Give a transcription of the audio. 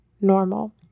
normal